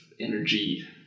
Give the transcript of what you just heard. energy